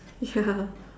ya